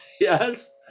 yes